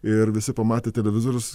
ir visi pamatę televizorius